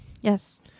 Yes